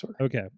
Okay